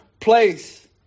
place